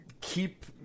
keep